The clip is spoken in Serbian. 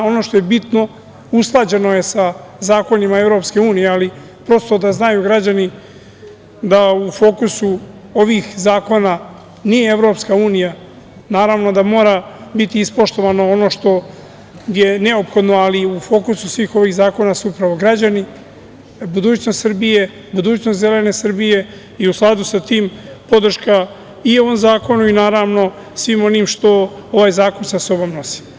Ono što je bitno, usklađeno je sa zakonima EU, ali prosto, da znaju građani da u fokusu ovih zakona nije EU, naravno da mora biti ispoštovano ono što je neophodno, ali u fokusu svih ovih zakona su upravo građani, budućnost Srbije, budućnost zelene Srbije i u skladu sa tim, podrška i ovom zakonu i, naravno, svim onim što ovaj zakon sa sobom nosi.